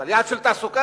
אבל יעד של תעסוקה,